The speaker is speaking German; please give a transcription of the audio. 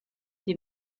sie